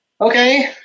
okay